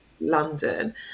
London